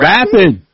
Rapping